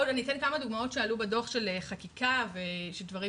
אתן כמה דוגמאות שעלו בדו"ח של חקיקה ושל דברים